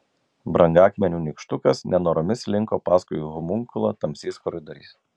brangakmenių nykštukas nenoromis slinko paskui homunkulą tamsiais koridoriais